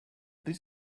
this